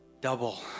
double